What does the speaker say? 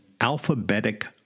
alphabetic